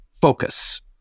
focus